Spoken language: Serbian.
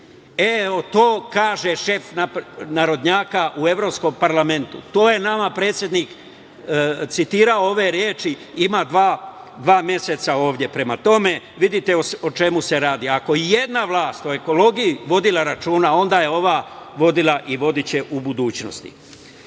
E, to kaže šef narodnjaka u Evropskom parlamentu. To je nama predsednik citirao ove reči ima dva meseca. Prema tome, vidite o čemu se radi. Ako je i jedna vlast o ekologiji vodila računa, onda je to ova, vodila i vodiće u budućnosti. Poštovani